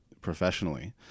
professionally